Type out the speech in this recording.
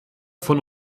von